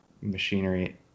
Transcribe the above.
machinery